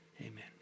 Amen